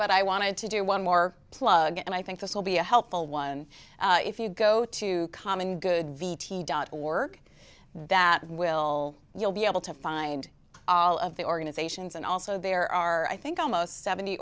but i wanted to do one more plug and i think this will be a helpful one if you go to common good v t dot org that will you'll be able to find all of the organizations and also there are i think almost seventy